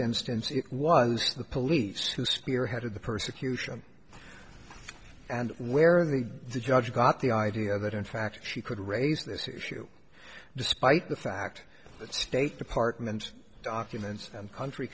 instance it was the police who spearheaded the persecution and where the judge got the idea that in fact she could raise this issue despite the fact that state department documents and country